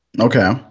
Okay